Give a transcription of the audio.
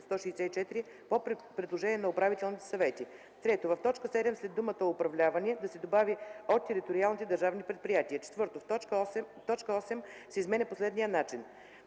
164 по предложение на Управителните съвети”. 3. В т. 7 след думата „управлявани” да се добави „от териториалните държавни предприятия.” 4. В т. 8 се изменя по следният начин: